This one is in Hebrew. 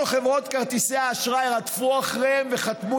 כל חברות כרטיסי האשראי רדפו אחריהם וחתמו